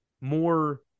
more